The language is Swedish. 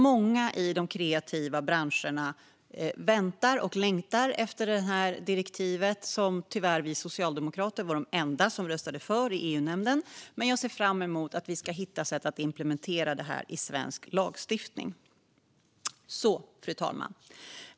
Många i de kreativa branscherna väntar och längtar efter direktivet, och tyvärr var vi socialdemokrater de enda som röstade för direktivet i EU-nämnden. Men jag ser fram emot att vi ska hitta sätt att implementera direktivet i svensk lagstiftning. Fru talman!